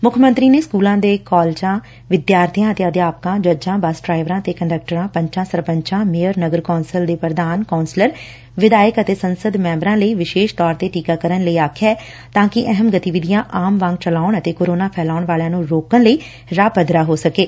ਮੁੱਖ ਮੰਤਰੀ ਨੇ ਸਕੁਲਾਂ ਤੇ ਕਾਲਜਾਂ ਦੇ ਵਿਦਿਆਰਥੀਆਂ ਅਤੇ ਅਧਿਆਪਕਾਂ ਜੱਜਾਂ ਬੱਸ ਡਰਾਈਵਰਾਂ ਤੇ ਕੰਡਕਟਰਾਂ ਪੰਚਾਂ ਸਰਪੰਚਾਂ ਮੇਅਰ ਨਗਰ ਕੌ'ਸਲਾਂ ਦੇ ਪ੍ਰਧਾਨਾਂ ਕੌ'ਸਲਰ ਵਿਧਾਇਕਾਂ ਅਤੇ ਸੰਸਦ ਮੈ'ਬਰਾਂ ਲਈ ਵਿਸੇਸ਼ ਤੌਰ ਤੇ ਟੀਕਾਕਰਨ ਲਈ ਆਖਿਆ ਤਾਂ ਕਿ ਅਹਿਮ ਗਤੀਵਿਧੀਆਂ ਆਮ ਵਾਂਗ ਚਲਾਉਣ ਅਤੇ ਕਰੋਨਾ ਫੈਲਾਉਣ ਵਾਲਿਆਂ ਨੂੰ ਰੋਕਣ ਲਈ ਰਾਹ ਪੱਧਰਾ ਹੋ ਸਕੇ